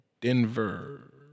Denver